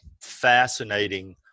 fascinating